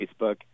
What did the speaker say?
Facebook